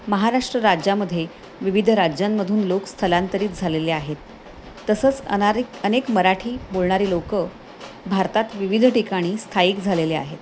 महाराष्ट्र राज्यामध्ये विविध राज्यांमधून लोक स्थलांतरित झालेले आहेत तसंच अनारीक अनेक मराठी बोलणारी लोकं भारतात विविध ठिकाणी स्थायिक झालेले आहेत